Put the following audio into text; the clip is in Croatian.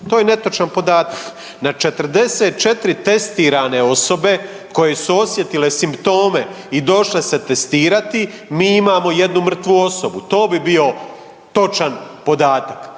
To je netočan podatak. Na 44 testirane osobe koje su osjetile simptome i došle se testirati mi imamo jednu mrtvu osobu to bi bio točan podatak.